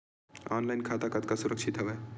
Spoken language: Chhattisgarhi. ऑनलाइन खाता कतका सुरक्षित हवय?